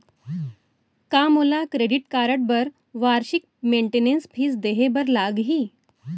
का मोला credit card बर वार्षिक मेंटेनेंस फीस देहे बर लागही?